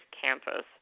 campus